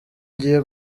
ngiye